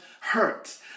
hurt